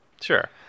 sure